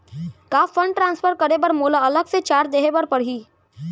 का fund transfer करे बर मोला अलग से चार्ज देहे बर परही?